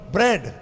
Bread